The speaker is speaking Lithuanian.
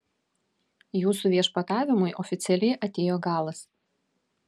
jūsų viešpatavimui oficialiai atėjo galas